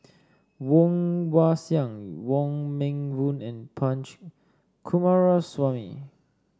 Woon Wah Siang Wong Meng Voon and Punch Coomaraswamy